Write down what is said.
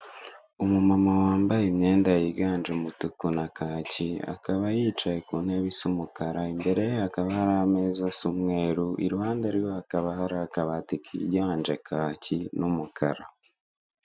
Umumama wambaye imyenda yiganje umutuku na kaki, akaba yicaye ku ntebe isa umukara, imbere ye hakaba hari ameza asa umweru, iruhande rwe hakaba hari akabati kiganje kaki n'umukara.